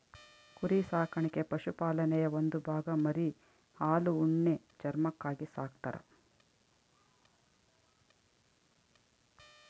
ಕುರಿ ಸಾಕಾಣಿಕೆ ಪಶುಪಾಲನೆಯ ಒಂದು ಭಾಗ ಮರಿ ಹಾಲು ಉಣ್ಣೆ ಚರ್ಮಕ್ಕಾಗಿ ಸಾಕ್ತರ